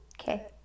okay